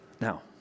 Now